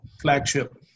flagship